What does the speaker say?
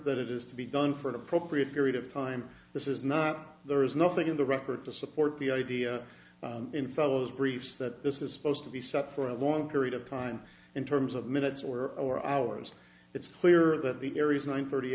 that it is to be done for an appropriate period of time this is not there is nothing in the record to support the idea in fellow's briefs that this is supposed to be set for a long period of time in terms of minutes or or hours it's clear that the area's one thirty